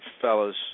fellas